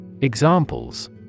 Examples